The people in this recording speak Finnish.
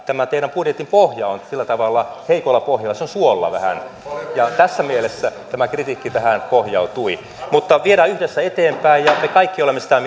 tämä teidän budjettinne pohja on sillä tavalla heikolla pohjalla se on suolla vähän tässä mielessä tähän tämä kritiikki pohjautui mutta viedään yhdessä eteenpäin ja me kaikki olemme sitä